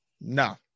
No